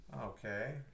Okay